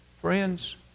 Friends